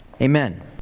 Amen